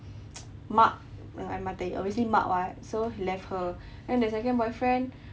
mak dengan mata air obviously mak [what] so left her then the second boyfriend